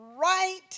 right